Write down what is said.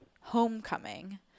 Homecoming